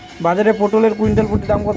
বাজারে পটল এর কুইন্টাল প্রতি দাম কত?